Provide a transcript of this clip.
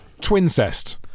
Twincest